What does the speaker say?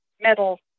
metal